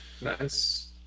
nice